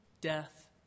death